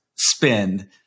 spend